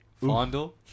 Fondle